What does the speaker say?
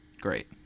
Great